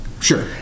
Sure